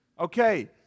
Okay